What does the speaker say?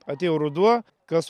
atėjo ruduo kas